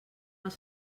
els